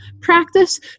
practice